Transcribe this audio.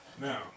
Now